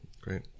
Great